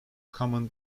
common